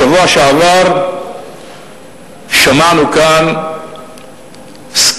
בשבוע שעבר שמענו כאן סקירה,